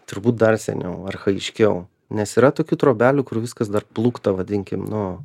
turbūt dar seniau archajiškiau nes yra tokių trobelių kur viskas dar plūkta vadinkim nu